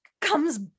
comes